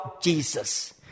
Jesus